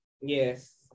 Yes